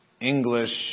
English